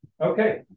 Okay